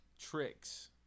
tricks